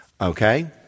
okay